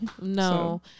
No